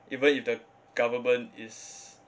even if the government is